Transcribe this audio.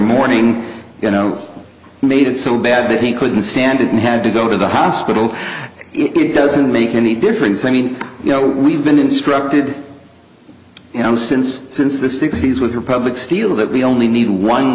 morning you know made it so bad that he couldn't stand it and had to go to the hospital it doesn't make any difference i mean you know we've been instructed you know since since the sixty's with her public steal that we only need one